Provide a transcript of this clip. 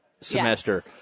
semester